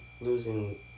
losing